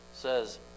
says